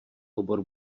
obor